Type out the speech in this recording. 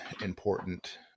important